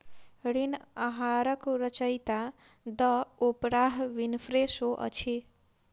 ऋण आहारक रचयिता द ओपराह विनफ्रे शो अछि